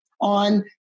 on